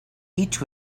each